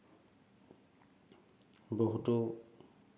বহুতো